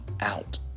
out